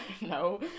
No